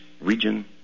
region